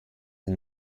ein